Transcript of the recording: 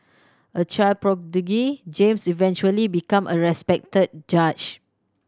a child prodigy James eventually become a respected judge